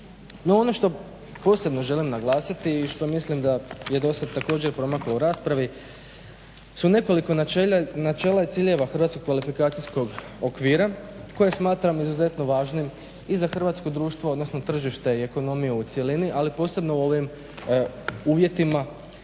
ono što posebno želim naglasiti i što mislim da je do sada također promaklo u raspravi su nekoliko načela i ciljeva hrvatskog kvalifikacijskog okvira koje smatram izuzetno važnim i za hrvatsko društvo odnosno tržite i ekonomiju u cjelini ali posebno u ovim uvjetima